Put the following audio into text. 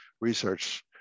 research